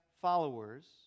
followers